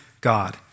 God